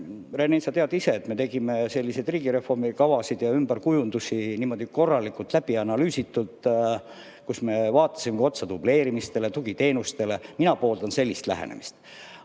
Rene, sa tead ise, et tegime selliseid riigireformi kavasid ja ümberkujundamisi niimoodi korralikult läbi analüüsitult, vaatasime otsa ka dubleerimistele ja tugiteenustele. Mina pooldan sellist lähenemist.